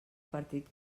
partit